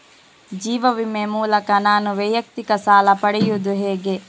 ಜೀವ ವಿಮೆ ಮೂಲಕ ನಾನು ವೈಯಕ್ತಿಕ ಸಾಲ ಪಡೆಯುದು ಹೇಗೆ?